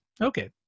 Okay